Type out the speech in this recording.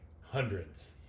hundreds